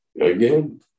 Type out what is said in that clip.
again